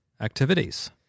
activities